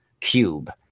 cube